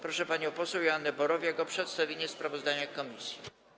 Proszę panią poseł Joannę Borowiak o przedstawienie sprawozdania komisji.